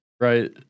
right